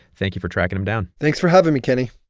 thank you for tracking him down thanks for having me, kenny